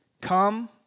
Come